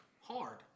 hard